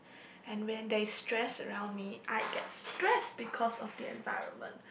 and when there is stress around me I get stressed because of the environment